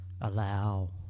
Allow